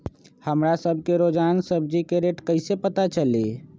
हमरा सब के रोजान सब्जी के रेट कईसे पता चली?